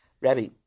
Rabbi